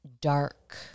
dark